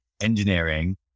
engineering